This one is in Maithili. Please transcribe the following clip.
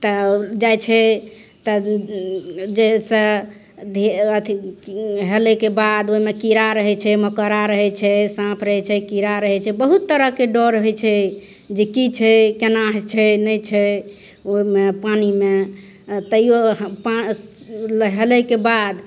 तऽ जाइ छै तब जइसे अथी हेलैके बाद ओहिमे कीड़ा रहै छै मकोड़ा रहै छै साँप रहै छै कीड़ा रहै छै बहुत तरहके डर होइ छै जे कि छै कोना छै नहि छै ओहिमे पानिमे तैओ पा हेलैके बाद